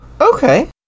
Okay